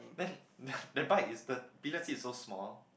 then that bike is the pillion seat is so small